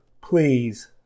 please